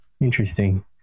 Interesting